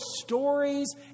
stories